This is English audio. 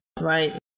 right